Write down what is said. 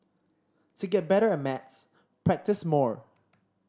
to get better at maths practise more